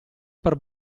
per